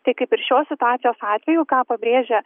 tai kaip ir šios situacijos atveju ką pabrėžia